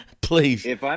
please